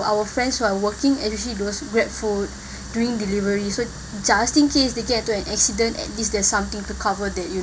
our friends who are working especially those GrabFood doing delivery so just in case they get to an accident at least there's something to cover that you